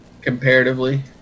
Comparatively